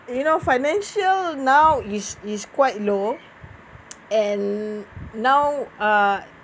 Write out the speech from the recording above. you know financial now is is quite low and now uh